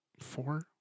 Four